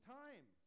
time